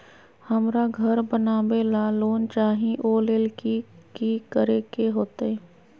हमरा घर बनाबे ला लोन चाहि ओ लेल की की करे के होतई?